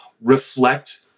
reflect